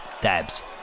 Dabs